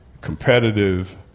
competitive